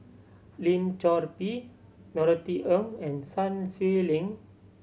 Lim Chor Pee Norothy Ng and Sun Xueling